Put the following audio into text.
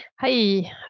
Hi